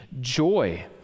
joy